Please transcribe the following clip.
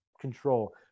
control